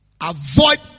Avoid